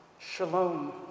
Shalom